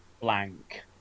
Blank